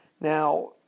Now